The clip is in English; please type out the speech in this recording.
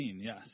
yes